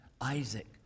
Isaac